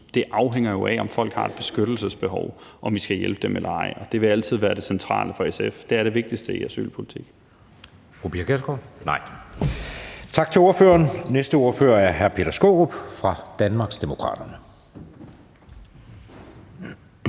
det afhænger af, om folk har et beskyttelsesbehov, om vi skal hjælpe dem eller ej, og det vil altid være det centrale for SF. Det er det vigtigste i asylpolitik.